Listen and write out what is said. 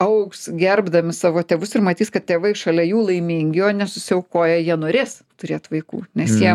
augs gerbdami savo tėvus ir matys kad tėvai šalia jų laimingi o ne susiaukoję jie norės turėt vaikų nes jie